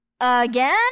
Again